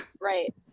Right